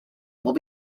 will